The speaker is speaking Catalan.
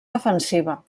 defensiva